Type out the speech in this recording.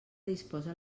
disposa